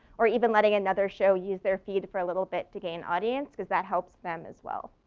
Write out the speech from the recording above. or even letting another show use their feed for a little bit to gain audience because that helps them as well.